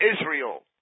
Israel